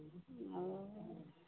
ओ